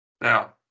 Now